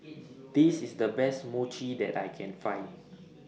This IS The Best Mochi that I Can Find